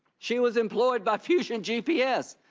she was employed by fusion gps,